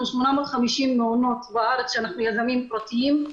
850 מעונות בארץ שאנחנו יזמים פרטיים,